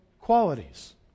qualities